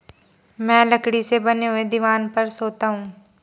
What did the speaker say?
मैं लकड़ी से बने हुए दीवान पर सोता हूं